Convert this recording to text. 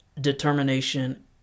determination